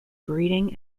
breeding